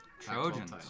Trojans